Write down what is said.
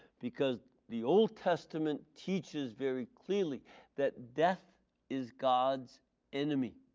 because the old testament teaches very clearly that death is god's enemy.